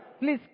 Please